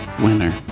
winner